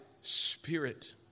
spirit